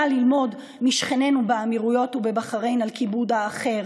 ללמוד משכנינו באמירויות ובבחריין על כיבוד האחר.